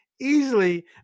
easily